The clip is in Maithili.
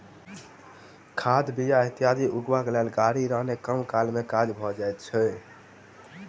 खाद, बीया इत्यादि उघबाक लेल गाड़ी रहने कम काल मे काज भ जाइत छै